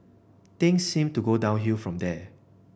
things seemed to go downhill from there